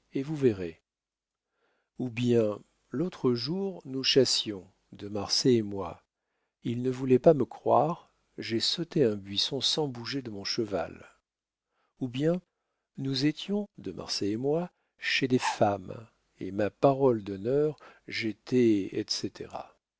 et vous verrez ou bien l'autre jour nous chassions de marsay et moi il ne voulait pas me croire j'ai sauté un buisson sans bouger de mon cheval ou bien nous étions de marsay et moi chez des femmes et ma parole d'honneur j'étais etc